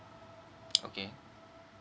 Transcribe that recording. okay